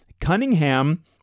Cunningham